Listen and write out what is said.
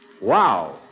Wow